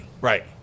Right